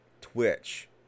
Twitch